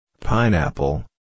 Pineapple